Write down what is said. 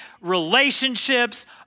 relationships